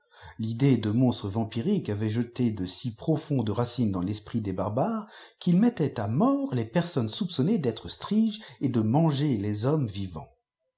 l'idée de monstres vampiriques avait jeté de si profondes racines dans tesprit des bartmires qu'ils mettaient à mert'ies personnes soupçonnées d'êtres striges et de manger les hommes vivants